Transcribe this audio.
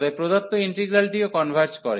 অতএব প্রদত্ত ইন্টিগ্রালটিও কনভার্জ করে